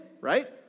right